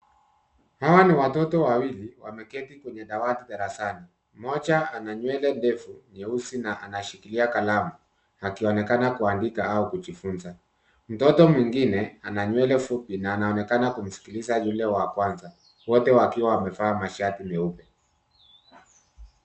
Hawa ni watoto wawili wameketi kwenye dawati darasani. Mmoja ana nywele ndefu nyeusi na anashikilia kalamu, akionekana kuandika au kujifunza. Mtoto mwingine ana nywele fupi na anaonekana kumsikiliza yule wa kwanza, wote wakiwa wamevaa mashati meupe.